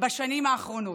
בשנים האחרונות.